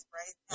right